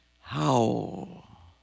Howl